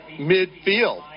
midfield